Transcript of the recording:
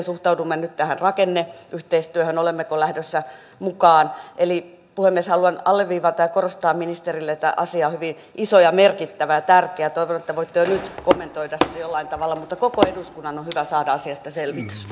suhtaudumme nyt tähän rakenneyhteistyöhön olemmeko lähdössä mukaan eli puhemies haluan alleviivata ja korostaa ministerille että asia on hyvin iso ja merkittävä ja tärkeä toivon että voitte jo nyt kommentoida sitä jollain tavalla mutta koko eduskunnan on hyvä saada asiasta selvitys